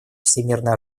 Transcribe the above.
всемирной